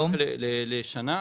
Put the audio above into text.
מיליון לשנה.